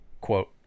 quote